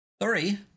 Three